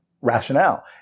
rationale